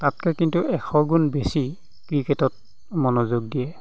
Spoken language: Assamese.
তাতকৈ কিন্তু এশগুণ বেছি ক্ৰিকেটত মনোযোগ দিয়ে